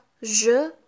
Je